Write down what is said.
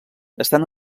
estan